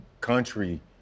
country